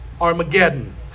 Armageddon